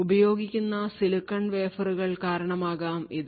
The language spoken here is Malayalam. ഉപയോഗിക്കുന്ന സിലിക്കൺ വേഫറുകൾ കാരണമാകാം ഇത്